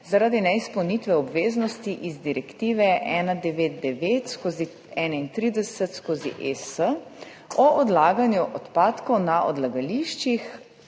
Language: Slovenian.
zaradi neizpolnitve obveznosti iz Direktive 1999/31/ES o odlaganju odpadkov na odlagališčih,